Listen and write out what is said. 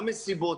גם מסיבות,